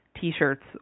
T-shirts